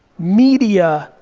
media,